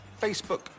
Facebook